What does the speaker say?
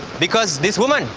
because this woman.